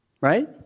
right